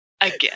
again